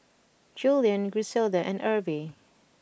Julien Griselda and Erby